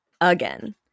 again